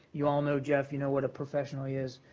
you all know jeff. you know what a professional he is,